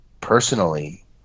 personally